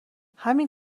همین